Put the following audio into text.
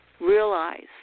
Realize